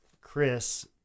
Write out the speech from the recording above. Chris